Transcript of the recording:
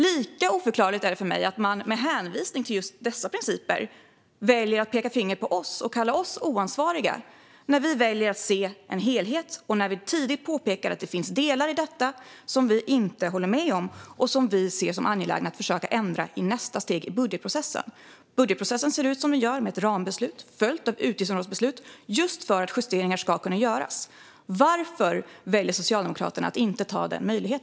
Lika oförklarligt är det för mig att man med hänvisning till principerna väljer att peka finger mot oss och kalla oss oansvariga när vi väljer att se en helhet och när vi tidigt påpekar att det finns delar som vi inte håller med om och som vi ser som angelägna att försöka ändra i nästa steg i budgetprocessen. Budgetprocessen ser ut som den gör med ett rambeslut följt av utgiftsområdesbeslut just för att justeringar ska kunna göras. Varför väljer Socialdemokraterna att inte ta denna möjlighet?